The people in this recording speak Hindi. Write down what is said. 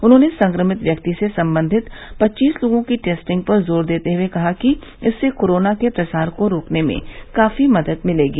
उन्होंने संक्रमित व्यक्ति से संबंधित पच्चीस लोगों की टेस्टिंग पर जोर देते हुए कहा कि इससे कोरोना के प्रसार को रोकने में काफी मदद मिलेगी